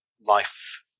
life